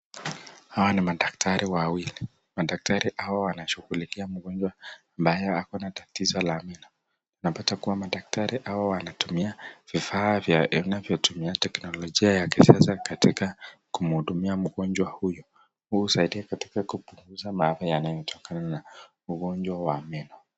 Hawa ni madakitari wawili, madaktari hawa wanashugulikia mgonjwa ambaye ako na tatizo la meno. Unapata kwamba, daktari hawa wanatu vifaa vya teknologia ya kisasa katika kuhudumia mgonjwa huyu. Huu usaidia katika kupunguza maafa yanayo tokana na ugonjwa wa meno.